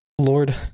Lord